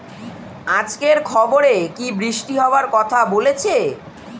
আজকের খবরে কি বৃষ্টি হওয়ায় কথা বলেছে?